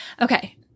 Okay